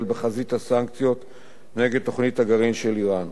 בחזית הסנקציות נגד תוכנית הגרעין של אירן,